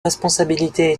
responsabilités